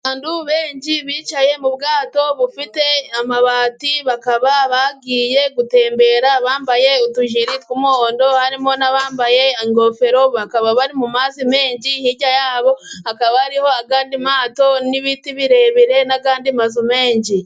Abantu benshi bicaye mu bwato bufite amabati bakaba bagiye gutembera, bambaye utujire tw'umuhondo harimo n'abambaye ingofero, bakaba bari mu mazi menshi hirya yabo hakaba hariho, kandi amato n'ibiti birebire n'andi mazu menshi.